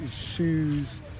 shoes